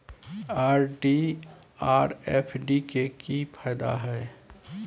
RD आर FD के की फायदा हय?